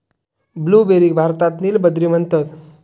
ब्लूबेरीक भारतात नील बद्री म्हणतत